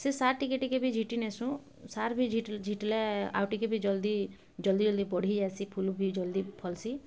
ସେ ସାର ଟିକେ ଟିକେ ବି ଝୀଟି ନେସୁଁ ସାର ବି ଝୀଟ୍ଲେ ଆଉ ଟିକେ ବି ଜଲ୍ଦି ଜଲ୍ଦି ଜଲ୍ଦି ବଢ଼ିଆସି ଫୁଲ୍ ବି ଜଲ୍ଦି ଫଲ୍ସି